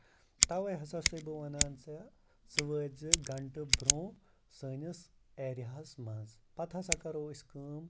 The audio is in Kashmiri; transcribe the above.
تَوے ہسا چھُسٔے بہٕ وَنان ژےٚ ژٕ وٲتۍ زِ گنٹہٕ برونٛہہ سٲنِس ایریا ہَس منٛز پَتہٕ ہسا کَرو أسۍ کٲم